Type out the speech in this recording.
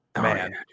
Man